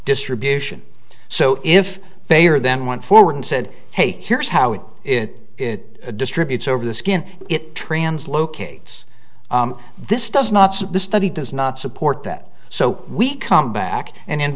distribution so if they are then went forward and said hey here's how it it it distributes over the skin it trans locates this does not so the study does not support that so we come back and in